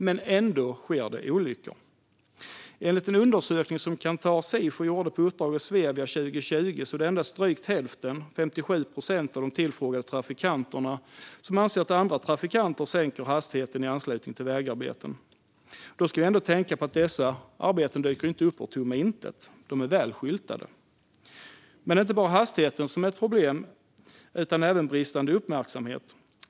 Men ändå sker det olyckor. Enligt en undersökning som Kantar Sifo gjorde på uppdrag av Svevia 2020 anser bara drygt hälften, 57 procent, av de tillfrågade trafikanterna att andra trafikanter sänker hastigheten i anslutning till vägarbeten. Då ska vi ändå tänka på att dessa arbeten inte dyker upp ur tomma intet; de är väl skyltade. Men det är inte bara hastigheten som är ett problem utan även bristande uppmärksamhet.